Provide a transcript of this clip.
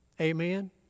Amen